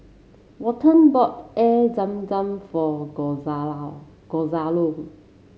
Walton bought Air Zam Zam for Gonzalo